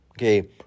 Okay